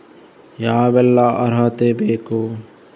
ಯಾವೆಲ್ಲ ಅರ್ಹತೆ ಬೇಕು?